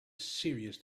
serious